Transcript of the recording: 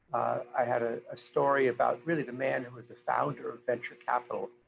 i had a ah story about really the man who was the founder of venture capital,